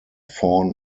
fawn